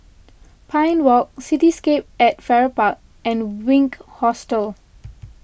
Pine Walk Cityscape at Farrer Park and Wink Hostel